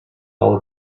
all